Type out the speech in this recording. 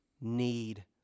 need